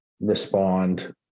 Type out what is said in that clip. Respond